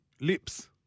lips